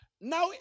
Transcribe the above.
Now